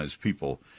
people